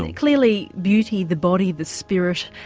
and clearly beauty, the body, the spirit,